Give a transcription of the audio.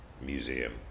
museum